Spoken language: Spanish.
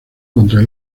contra